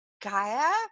Gaia